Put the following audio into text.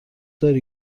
داری